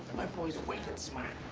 my boy's wicked smart.